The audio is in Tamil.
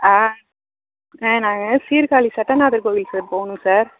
ஆ ஆ நாங்கள் சீர்காழி சட்டநாதர்கோவிலுக்கு போகணும் சார்